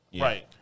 Right